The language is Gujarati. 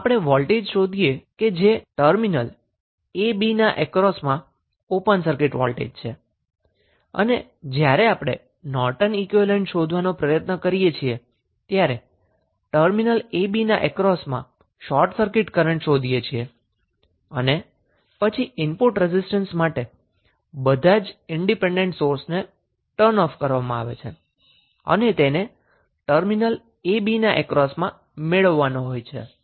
તો આપણે વોલ્ટેજ શોધીએ કે જે ટર્મિનલ a b ના અક્રોસમાં ઓપન સર્કીટ વોલ્ટેજ છે અને જ્યારે આપણે નોર્ટન ઈક્વીવેલેન્ટ શોધવાનો પ્રયત્ન કરીએ છીએ ત્યારે ટર્મિનલ a b ના અક્રોસમાં શોર્ટ સર્કીટ કરન્ટ શોધીએ છીએ અને પછી ઈનપુટ રેઝિસ્ટન્સ માટે બધા જ ઈન્ડીપેન્ડન્ટ સોર્સને બંધ કરવામાં આવે છે અને તેને ટર્મિનલ a b ના અક્રોસમાં મેળવવાનો હોય છે